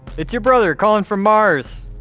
it's your brother calling from mars!